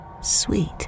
sweet